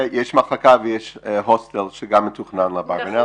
יש מחלקה ויש הוסטל שגם מתוכנן באברבנאל.